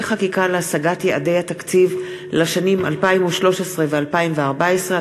חקיקה להשגת יעדי התקציב לשנים 2013 ו-2014),